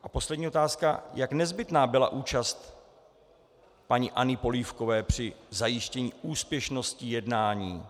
A poslední otázka: Jak nezbytná byla účast paní Anny Polívkové při zajištění úspěšnosti jednání?